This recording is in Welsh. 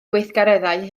gweithgareddau